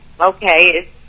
Okay